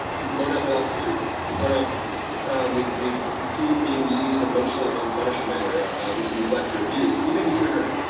if you've grown up without food, if you've grown up with with food being used emotionally or as a punishment, or with some neglect or abuse, food may be triggering,